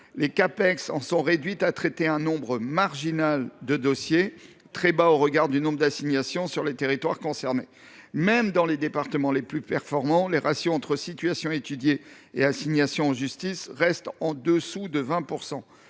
les Ccapex en sont réduites à traiter un nombre marginal de dossiers, très faible au regard du nombre d’assignations dans les territoires concernés. Même dans les départements les plus performants, les ratios entre situations étudiées et assignations en justice restent inférieurs à 20 %.